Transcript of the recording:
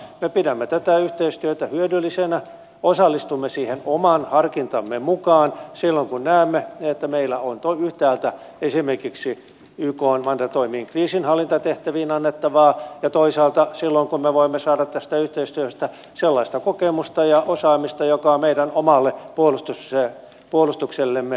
me pidämme tätä yhteistyötä hyödyllisenä ja osallistumme siihen oman harkintamme mukaan silloin kun näemme että meillä on yhtäältä esimerkiksi ykn mandatoimiin kriisinhallintatehtäviin annettavaa ja toisaalta silloin kun me voimme saada tästä yhteistyöstä sellaista kokemusta ja osaamista joka on meidän omalle puolustuksellemme hyödyksi